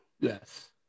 Yes